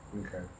Okay